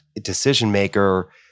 decision-maker